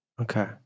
Okay